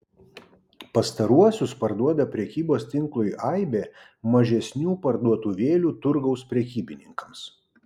pastaruosius parduoda prekybos tinklui aibė mažesnių parduotuvėlių turgaus prekybininkams